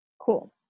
Cool